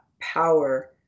power